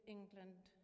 England